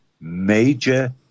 major